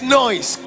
noise